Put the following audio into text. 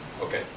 Okay